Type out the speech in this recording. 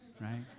right